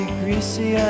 greasy